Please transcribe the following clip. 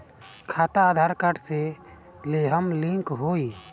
खाता आधार कार्ड से लेहम लिंक होई?